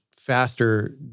faster